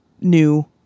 new